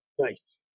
Nice